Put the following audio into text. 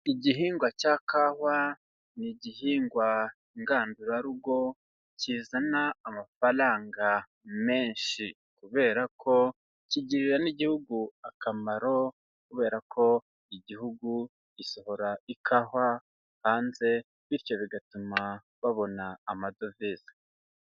Igihingwa cya kawa ni igihingwa ngandurarugo, kizana amafaranga menshi, kubera ko kigirira n'igihugu akamaro kubera ko igihugu gisohora ikawa hanze bityo bigatuma babona amadovize.